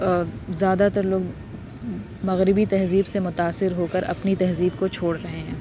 زیادہ تر لوگ مغربی تہذیب سے متاثر ہوکر اپنی تہذیب کو چھوڑ رہے ہیں